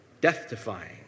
Death-defying